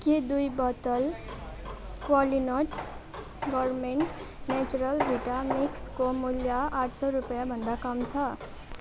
के दुई बोतल क्वालिनट गुरमेट नेचुरल भिटा मिक्सको मूल्य आठ सय रुपियाँभन्दा कम छ